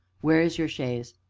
where is your chaise?